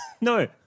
no